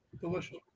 Delicious